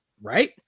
Right